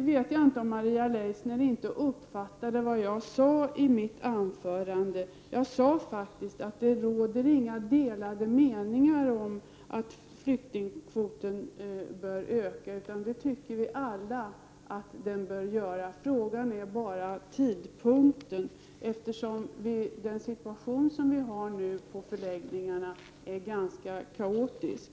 vet inte om Maria Leissner inte uppfattade vad jag sade i mitt anförande. Jag sade faktiskt att det inte råder några delade meningar om att flyktingkvoten bör öka. Det tycker vi alla att den bör göra. Frågan gäller bara tidpunkten, eftersom den situation vi nu har på förläggningarna är ganska kaotisk.